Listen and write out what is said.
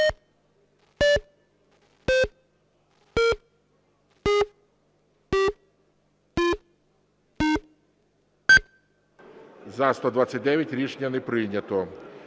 За-89 Рішення не прийнято.